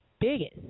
biggest